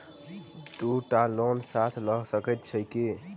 दु टा लोन साथ लऽ सकैत छी की?